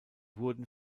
wurden